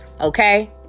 Okay